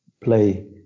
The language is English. play